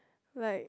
like